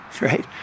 right